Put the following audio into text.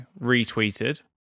retweeted